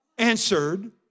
Answered